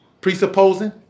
presupposing